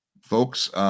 folks